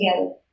together